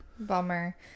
Bummer